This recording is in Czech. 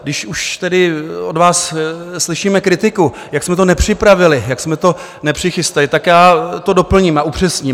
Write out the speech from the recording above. Když už tady od vás slyšíme kritiku, jak jsme to nepřipravili, jak jsme to nepřichystali, tak já to doplním a upřesním.